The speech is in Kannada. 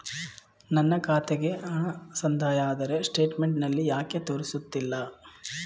ನನ್ನ ಖಾತೆಗೆ ಹಣ ಸಂದಾಯ ಆದರೆ ಸ್ಟೇಟ್ಮೆಂಟ್ ನಲ್ಲಿ ಯಾಕೆ ತೋರಿಸುತ್ತಿಲ್ಲ?